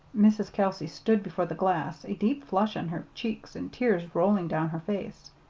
mrs. kelsey stood before the glass, a deep flush on her cheeks and tears rolling down her face.